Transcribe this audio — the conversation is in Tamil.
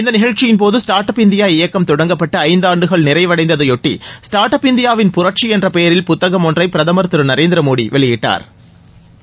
இந்த நிகழ்ச்சியின் போது ஸ்டாா்ட் அப் இந்தியா இயக்கம் தொடங்கப்பட்டு ஐந்தாண்டுகள் நிறைவடைந்ததையொட்டி ஸ்டாா்ட் அப் இந்தியாவின் புரட்சி என்ற பெயரில் புத்தகம் ஒன்றை பிரதமா் திரு நரேந்திர மோடி வெளியிட்டாா